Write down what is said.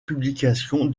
publication